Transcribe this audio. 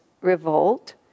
revolt